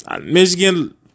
Michigan